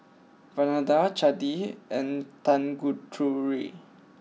Vandana Chandi and Tanguturi